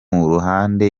ruhande